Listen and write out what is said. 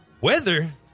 weather